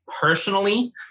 personally